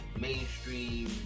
mainstream